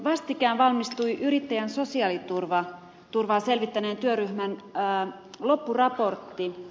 vastikään valmistui yrittäjän sosiaaliturvaa selvittäneen työryhmän loppuraportti